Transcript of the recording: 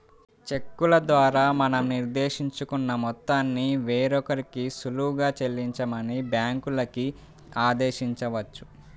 చెక్కుల ద్వారా మనం నిర్దేశించుకున్న మొత్తాన్ని వేరొకరికి సులువుగా చెల్లించమని బ్యాంకులకి ఆదేశించవచ్చు